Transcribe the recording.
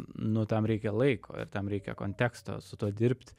nu tam reikia laiko ir tam reikia konteksto su tuo dirbt